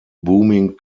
booming